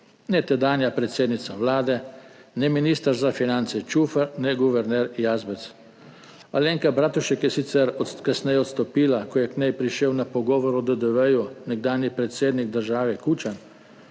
ne tedanja predsednica Vlade ne minister za finance Čufer ne guverner Jazbec. Alenka Bratušek je sicer kasneje odstopila, ko je k njej prišel na pogovor o DDV nekdanji predsednik države Kučan,